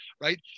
right